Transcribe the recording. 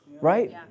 Right